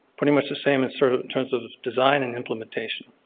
pretty much the same in sort of terms of the design and implementation.